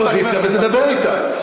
האופוזיציה ותדבר אתה.